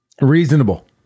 Reasonable